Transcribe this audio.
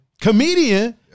comedian